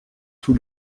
tout